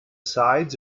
sides